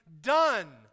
done